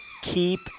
keep